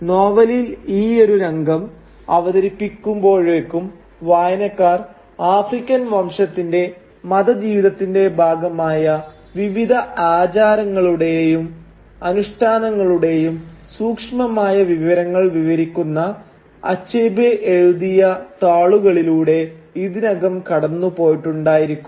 നോവലിൽ ഈയൊരു രംഗം അവതരിപ്പിക്കുമ്പോഴേക്കും വായനക്കാർ ആഫ്രിക്കൻ വംശത്തിന്റെ മത ജീവിതത്തിന്റെ ഭാഗമായ വിവിധ ആചാരങ്ങളുടെയും അനുഷ്ഠാനങ്ങളുടെയും സൂക്ഷ്മമായ വിവരങ്ങൾ വിവരിക്കുന്ന അച്ഛബേ എഴുതിയ താളുകളിലൂടെ ഇതിനകം കടന്നുപോയിട്ടുണ്ടായിരിക്കും